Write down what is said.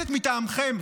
הכנסת מטעמכם,